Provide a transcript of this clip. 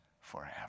forever